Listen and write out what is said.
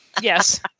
Yes